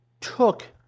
took